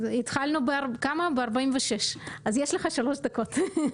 התחלנו ב-46 אז יש לך עוד שלוש דקות.